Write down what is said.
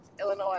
Illinois